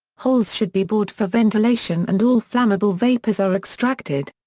holes should be bored for ventilation and all flammable vapours are extracted.